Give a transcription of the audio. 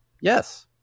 Yes